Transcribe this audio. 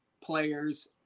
players